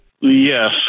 Yes